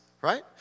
right